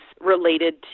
related